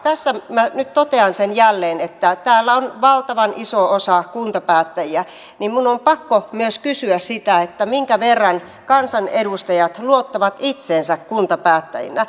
tässä minä nyt totean jälleen sen että kun täällä on valtavan iso osa kuntapäättäjiä niin minun on pakko myös kysyä sitä minkä verran kansanedustajat luottavat itseensä kuntapäättäjinä